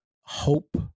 hope